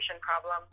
problem